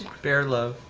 bear love.